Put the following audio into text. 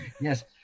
yes